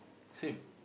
same